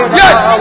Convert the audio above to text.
yes